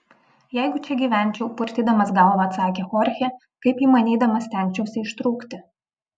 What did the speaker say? jeigu čia gyvenčiau purtydamas galvą atsakė chorchė kaip įmanydamas stengčiausi ištrūkti